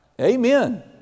Amen